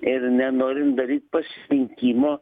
ir nenorim daryt pasirinkimo